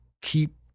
keep